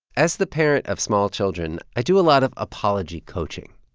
as the parent of small children, i do a lot of apology coaching.